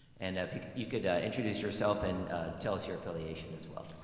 and if you could introduce yourself and tell us your affiliation as well.